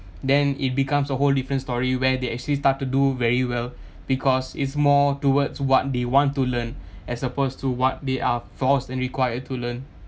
then it becomes a whole different story where they actually start to do very well because it's more towards what they want to learn as supposed to what they are forced and required to learn